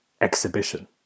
exhibition